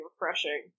refreshing